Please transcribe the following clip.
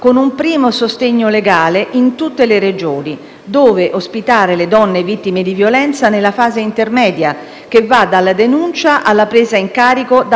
dove ospitare le donne vittime di violenza nella fase intermedia, che va dalla denuncia alla presa in carico da parte dei centri antiviolenza.